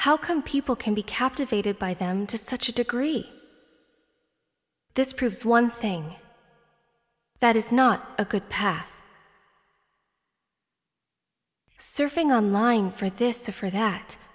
how come people can be captivated by them to such a degree this proves one thing that is not a good path surfing on line for atheists or for that